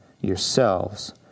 yourselves